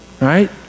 right